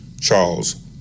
Charles